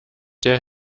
der